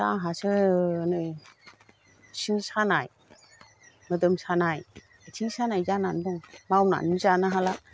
दा आहासो नै सिं सानाय मोदोम सानाय आथिं सानाय जानानै दं मावनानै जानो हाला